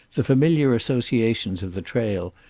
the familiar associations of the trail,